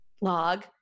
log